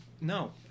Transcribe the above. No